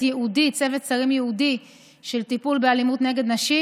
שרים ייעודי לטיפול באלימות נגד נשים,